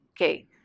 okay